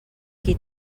qui